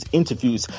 interviews